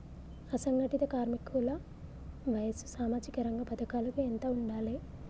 అసంఘటిత కార్మికుల వయసు సామాజిక రంగ పథకాలకు ఎంత ఉండాలే?